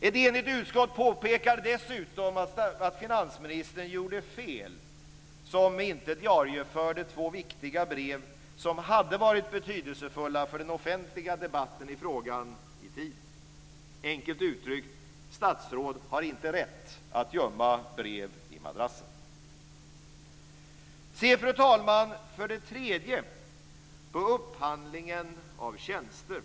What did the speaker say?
Ett enigt utskott påpekar dessutom att finansministern gjorde fel som inte diarieförde två viktiga brev, som hade varit betydelsefulla för den offentliga debatten i frågan, i tid. Enkelt uttryckt: Statsråd har inte rätt att gömma brev i madrassen. Se, fru talman, för det tredje på upphandlingen av tjänster!